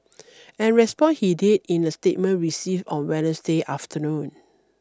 and respond he did in a statement received on Wednesday afternoon